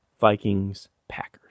Vikings-Packers